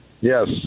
Yes